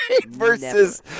Versus